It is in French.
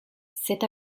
cet